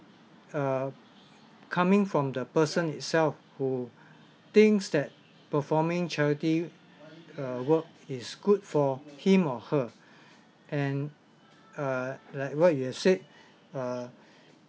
err coming from the person itself who thinks that performing charity err work is good for him or her and err like what you said err